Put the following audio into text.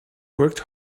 worked